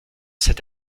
cette